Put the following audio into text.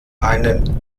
einen